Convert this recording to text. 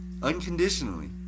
Unconditionally